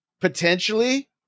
potentially